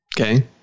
Okay